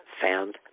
found